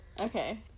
Okay